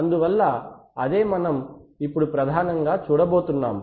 అందువల్ల అదే మనం ఇప్పుడు ప్రధానంగా చూడబోతున్నాం